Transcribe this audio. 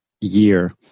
year